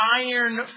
iron